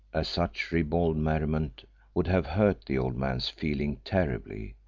as such ribald merriment would have hurt the old man's feelings terribly.